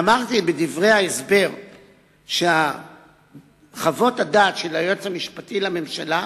ואמרתי בדברי ההסבר שחוות הדעת של היועץ המשפטי לממשלה